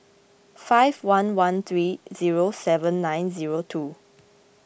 five one one three zero seven nine zero two